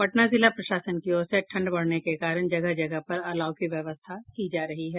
पटना जिला प्रशासन की ओर से ठंड बढ़ने के कारण जगह जगह पर अलाव की व्यवस्था की जा रही है